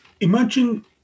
imagine